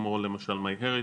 כמו למשל מיי הריטג',